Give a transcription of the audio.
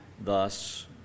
thus